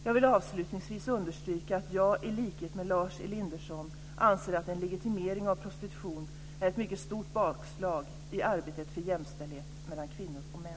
Jag vill avslutningsvis understryka att jag i likhet med Lars Elinderson anser att en legitimering av prostitution är ett mycket stort bakslag i arbetet för jämställdhet mellan kvinnor och män.